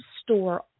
store